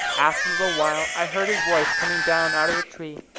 after a little while, i heard his voice coming down out of the tree.